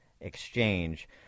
exchange